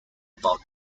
about